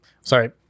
Sorry